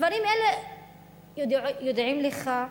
דברים אלה ידועים לך,